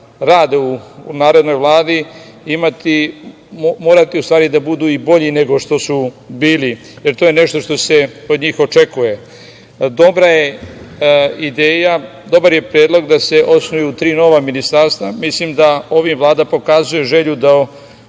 rade u narednoj Vladi morati da budu bolji nego što su bili, jer to je nešto što se od njih očekuje. Dobar je predlog da se osnuju tri nova ministarstva. Mislim da ovim Vlada pokazuje želju da